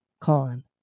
Colin